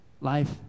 life